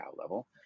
level